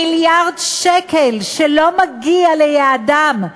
מיליארד שקל שלא מגיעים ליעדם,